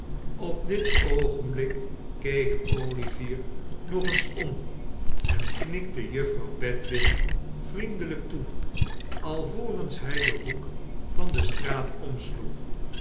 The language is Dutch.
op dit oogenblik keek olivier nog eens om en knikte juffrouw bedwin vriendelijk toe alvorens hij den hoek van de straat omsloeg